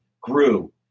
grew